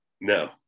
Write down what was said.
No